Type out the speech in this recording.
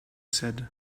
said